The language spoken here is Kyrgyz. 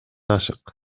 ашык